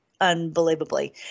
unbelievably